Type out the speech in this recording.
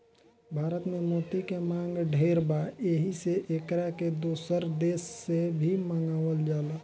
भारत में मोती के मांग ढेर बा एही से एकरा के दोसर देश से भी मंगावल जाला